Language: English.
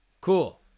Cool